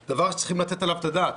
זה דבר שצריכים לתת עליו את הדעת.